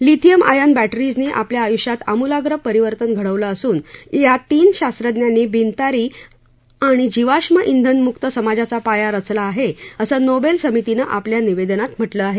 lithium ion बॅटरीजनी आपल्या आयुष्यात आमूलाग्र परिवर्तन घडवलं असून या तीन शास्त्रज्ञांनी बिनतारी आणि जीवाष्म श्विन मुक्त समाजाचा पाया रचला आहे असं नोबेल समितीनं आपल्या निवेदनात म्हटलं आहे